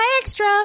extra